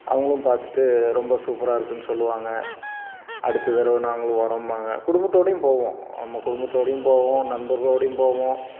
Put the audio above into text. அவங்களும் பார்த்துட்டு ரொம்ப சூப்பராக இருக்குன்னு சொல்லுவாங்க அடுத்த தடவ நாங்களும் வரோம்பாங்க குடும்பத்தோடுயும் போவோம் நம்ம குடும்பத்தோடுயும் போவோம் நண்பர்களோடுயும் போவோம்